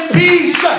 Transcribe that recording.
peace